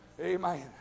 Amen